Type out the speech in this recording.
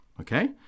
Okay